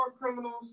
criminals